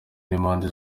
n’impande